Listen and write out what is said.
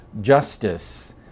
justice